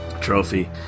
Trophy